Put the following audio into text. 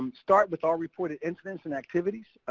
um start with all reported incidents and activities.